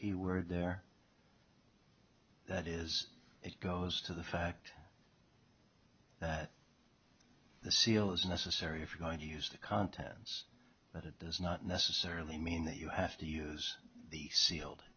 key word there that is it goes to the fact that the seal is necessary if you are going to use the contents but it does not necessarily mean that you have to use the sealed